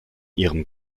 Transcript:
ihrem